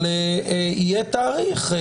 אבל יהיה תאריך.